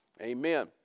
Amen